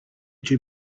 too